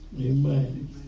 Amen